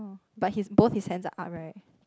but his both his hands are up right